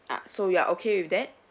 ah so you are okay with that